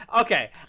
Okay